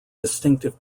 distinctive